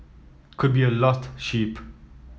could be a lost sheep